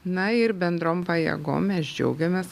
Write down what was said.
na ir bendrom pajėgom mes džiaugiamės